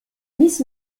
miss